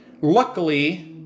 luckily